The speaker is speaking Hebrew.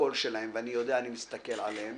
הקול שלהם, ואני יודע, אני מסתכל עליהם